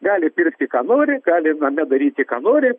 gali pirkti ką nori gali ir name daryti ką nori